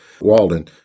Walden